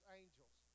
angels